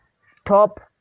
stop